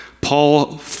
Paul